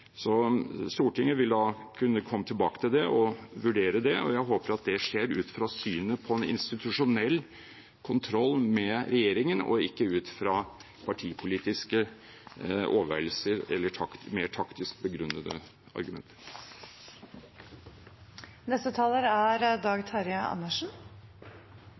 Stortinget vil da kunne komme tilbake til det og vurdere det, og jeg håper at det skjer ut fra synet på en institusjonell kontroll med regjeringen, og ikke ut fra partipolitiske overveielser eller mer taktisk begrunnede argumenter.